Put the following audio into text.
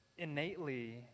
Innately